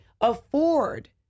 afford